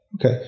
Okay